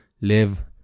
live